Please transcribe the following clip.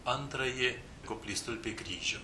antrąjį koplytstulpį kryžių